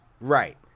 Right